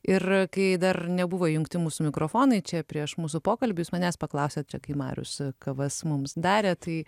ir kai dar nebuvo įjungti mūsų mikrofonai čia prieš mūsų pokalbius manęs paklausėt čia kai marius kavas mums darė tai